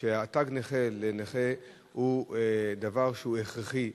תג הנכה לנכה הוא דבר הכרחי.